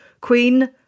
Queen